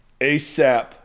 ASAP